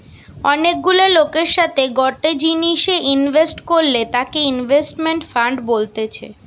অনেক গুলা লোকের সাথে গটে জিনিসে ইনভেস্ট করলে তাকে ইনভেস্টমেন্ট ফান্ড বলতেছে